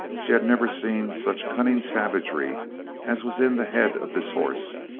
she had never seen such cunning savagery as was in the head of this horse,